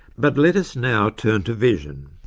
but let us now turn to vision,